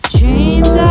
dreams